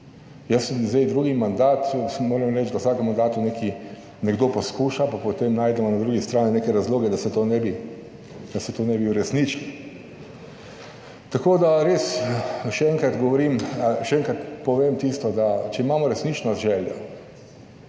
Jaz se zdaj drugi mandat. Moram reči, da v vsakem mandatu nekaj nekdo poskuša, pa potem najdemo na drugi strani neke razloge, da se to ne bi uresničilo. Tako da res še enkrat povem tisto, da če imamo resnično željo